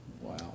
Wow